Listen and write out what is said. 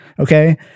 Okay